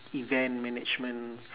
event management